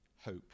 hope